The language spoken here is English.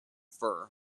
fur